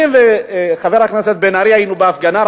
אני וחבר הכנסת בן-ארי היינו בהפגנה,